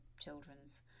children's